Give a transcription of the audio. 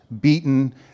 beaten